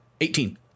Eighteen